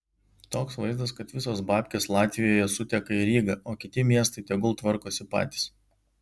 toks vaizdas kad visos babkės latvijoje suteka į rygą o kiti miestai tegul tvarkosi patys